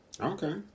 Okay